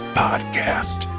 podcast